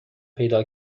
پیدا